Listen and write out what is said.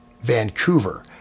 Vancouver